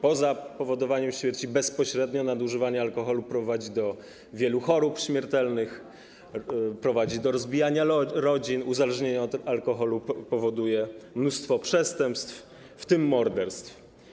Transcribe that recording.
Poza powodowaniem śmierci bezpośrednio nadużywanie alkoholu prowadzi do wielu chorób śmiertelnych, prowadzi do rozbijania rodzin, uzależnienie od alkoholu powoduje mnóstwo przestępstw, w tym morderstw.